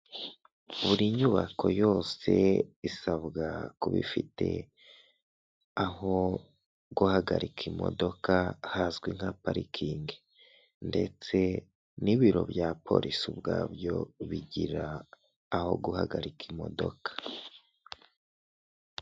Umugabo wambaye ikoti ry'ikigina afite icyuma ndangurura majwi mu kuboko kw'iburyo bwe, ahagaze impande y'akameza k'ikirahure kateretsweho terefone ndetse n'udutabo, ari imbere y'abantu bicaye, inyuma yabo hakaba hariho icyapa gisize ibara ry'umweru, ndetse n'ubururu cyanditsweho amagambo ari mu rurimi rw'ikinyarwanda.